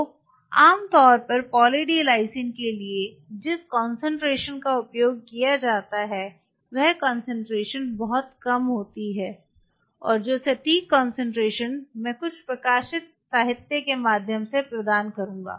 तो आम तौर पर पॉलिस डी लाइसिन के लिए जिस कॉन्सेंट्रेशन का उपयोग किया जाता है वह कॉन्सेंट्रेशन बहुत कम होती है और जो सटीक कॉन्सेंट्रेशन मैं कुछ प्रकाशित साहित्य के माध्यम से प्रदान कर दूंगा